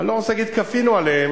אני לא רוצה להגיד "כפינו עליהם",